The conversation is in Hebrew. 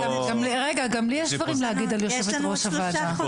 גם לי יש דברים להגיד על יושבת-ראש הוועדה.